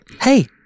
Hey